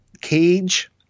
Cage